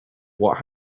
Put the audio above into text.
what